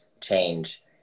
change